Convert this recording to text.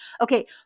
Okay